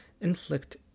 inflict